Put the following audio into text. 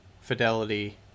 Fidelity